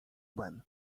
ben